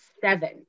seven